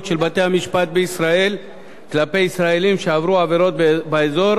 של בתי-המשפט בישראל כלפי ישראלים שעברו עבירות באזור,